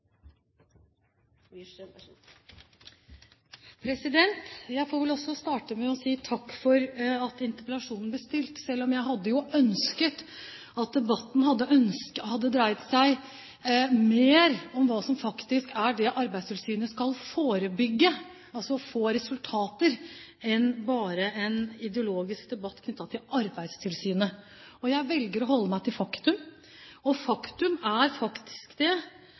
Jeg får vel også starte med å si takk for at interpellasjonen ble stilt, selv om jeg jo hadde ønsket at debatten hadde dreid seg mer om hva Arbeidstilsynet faktisk skal forebygge, altså få resultater, enn bare å være en ideologisk debatt knyttet til Arbeidstilsynet. Jeg velger å holde meg til faktum, og faktum er at samtidig som Høyre maner opp, når det